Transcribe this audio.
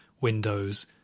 windows